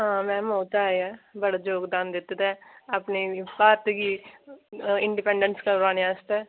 हां मैम ओह् ते एह् ऐ बड़ा योगदान दित्ते दा अपने भारत गी इंडिपेंडेंस करवाने आस्तै